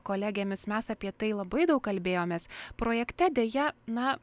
kolegėmis mes apie tai labai daug kalbėjomės projekte deja na